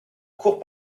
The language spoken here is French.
courts